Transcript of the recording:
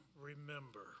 remember